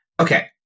Okay